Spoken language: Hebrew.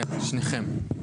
כן, שניכם.